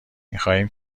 میخواییم